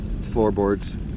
Floorboards